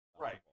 Right